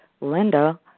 Linda